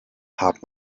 haben